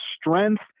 strength